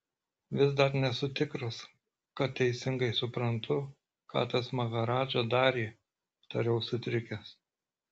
vis dar nesu tikras kad teisingai suprantu ką tas maharadža darė tariau sutrikęs